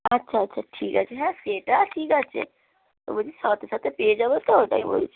আচ্ছা আচ্ছা ঠিক আছে হ্যাঁ সেটা ঠিক আছে বলছি সাথে সাথে পেয়ে যাবো তো তাই বলছি